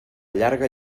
llarga